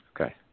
Okay